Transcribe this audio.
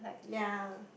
ya